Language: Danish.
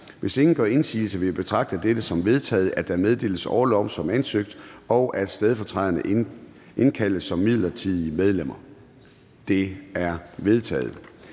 Hvis ingen gør indsigelse, vil jeg betragte det som vedtaget, at der meddeles orlov som ansøgt, og at stedfortræderne indkaldes som midlertidige medlemmer. Det er vedtaget.